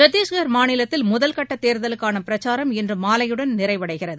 சத்திஷ்கா் மாநிலத்தில் முதல்கட்ட தேர்தலுக்கான பிரச்சாரம் இன்று மாலையுடன் நிறைவடைகிறது